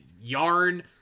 Yarn